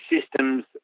systems